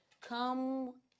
Come